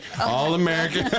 all-American